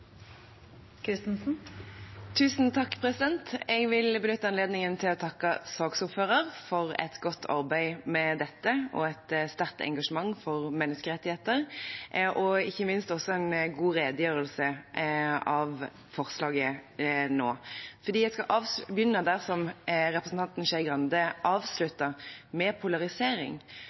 Jeg vil benytte anledningen til å takke saksordføreren for et godt arbeid med dette og et sterkt engasjement for menneskerettigheter, og ikke minst også en god redegjørelse for forslaget nå. Jeg vil begynne der representanten Skei Grande avsluttet, med polarisering,